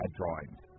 drawings